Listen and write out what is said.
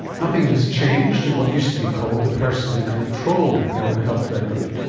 nothing has changed in what used to be called the personally controlled health record,